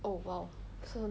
oh !wow! awesome